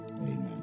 Amen